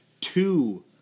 two